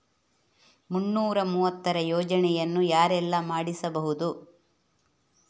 ಮುನ್ನೂರ ಮೂವತ್ತರ ಯೋಜನೆಯನ್ನು ಯಾರೆಲ್ಲ ಮಾಡಿಸಬಹುದು?